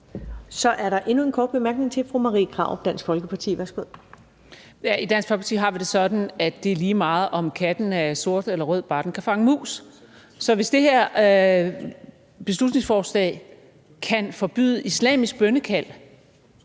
Så er der en kort bemærkning til fru Marie Krarup, Dansk Folkeparti. Værsgo. Kl. 16:36 Marie Krarup (DF): I Dansk Folkeparti har vi det sådan, at det er lige meget, om katten er sort eller rød, bare den kan fange mus. Så hvis det her beslutningsforslag kan forbyde islamisk bønnekald